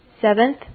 Seventh